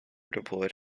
deployed